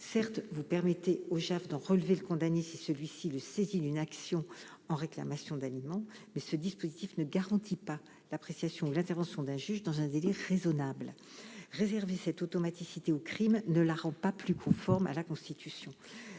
Certes, vous permettez au JAF d'en relever le condamné si celui-ci le saisit d'une action en réclamation d'aliments, mais ce dispositif ne garantit pas l'appréciation ou l'intervention du juge dans un délai raisonnable. Réserver cette automaticité aux crimes ne la rend pas plus conforme à la Constitution.